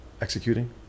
executing